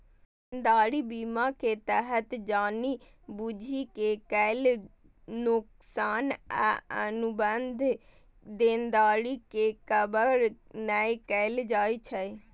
देनदारी बीमा के तहत जानि बूझि के कैल नोकसान आ अनुबंध देनदारी के कवर नै कैल जाइ छै